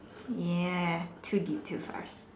ya too deep too fast